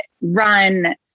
run